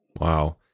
wow